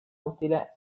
utile